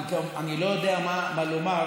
אני לא יודע מה לומר,